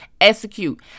execute